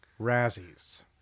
Razzies